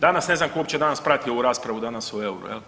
Danas ne znam tko uopće danas prati ovu raspravu danas o euru.